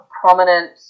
prominent